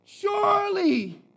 Surely